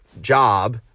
job